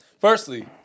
firstly